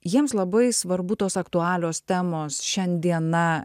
jiems labai svarbu tos aktualios temos šiandiena